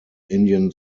indian